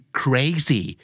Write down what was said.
crazy